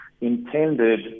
intended